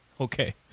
okay